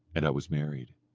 and i was married.